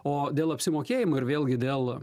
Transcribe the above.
o dėl apsimokėjimo ir vėlgi dėl